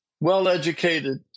well-educated